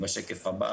בשקף הבא,